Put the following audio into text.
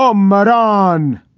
um but on.